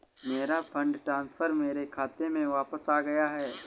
मेरा fund transfer मेरे खाते में वापस आ गया है